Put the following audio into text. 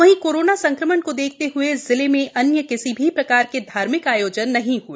वही कोरोना संक्रमण को देखते हए जिले में अन्य किसी भी प्रकार के धार्मिक आयोजन नही हए